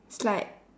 is like